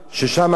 ששם,